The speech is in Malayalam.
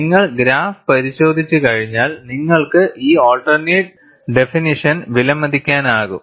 നിങ്ങൾ ഗ്രാഫ് പരിശോധിച്ചു കഴിഞ്ഞാൽനിങ്ങൾക്ക് ഈ ആൾട്ടർനേറ്റ് ഡെഫനിഷൻ വിലമതിക്കാനാകും